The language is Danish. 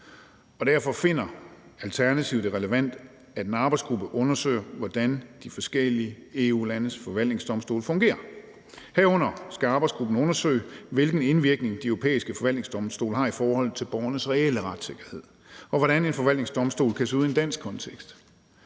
derfor finder Alternativet det relevant, at en arbejdsgruppe undersøger, hvordan de forskellige EU-landes forvaltningsdomstole fungerer, herunder skal arbejdsgruppen undersøge, hvilken indvirkning de europæiske forvaltningsdomstole har i forhold til borgernes reelle retssikkerhed, og hvordan en forvaltningsdomstol kan se ud i en dansk kontekst.